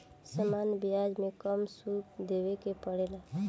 सामान्य ब्याज में कम शुल्क देबे के पड़ेला